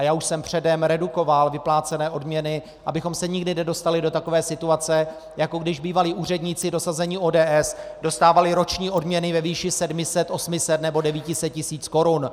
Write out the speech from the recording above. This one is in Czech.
Já už jsem předem redukoval vyplácené odměny, abychom se nikdy nedostali do takové situace, jako když bývalí úředníci dosazení ODS dostávali roční odměny ve výši 700, 800 nebo 900 tisíc korun.